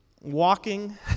walking